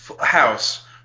house